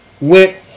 went